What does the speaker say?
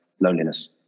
loneliness